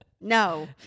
No